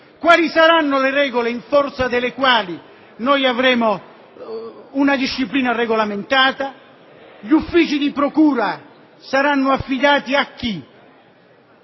Quali saranno le regole in forza delle quali avremo una disciplina regolamentata? Gli uffici di procura saranno affidati a chi?